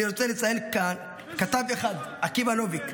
אני רוצה לציין כאן כתב אחד, עקיבא נוביק,